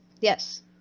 Yes